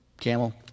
camel